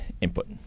input